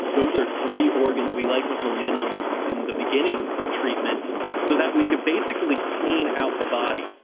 those are three organs we like to hone in on in the beginning of treatments so that we can basically clean out the body.